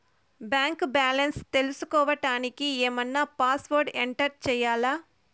Bank balance తెలుసుకోవడానికి ఏమన్నా password enter చేయాలా?